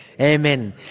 Amen